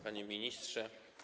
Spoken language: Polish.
Panie Ministrze!